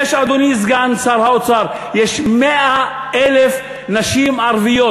אדוני סגן שר האוצר, יש 100,000 נשים ערביות.